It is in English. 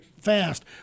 fast